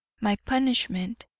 my punishment,